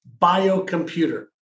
biocomputer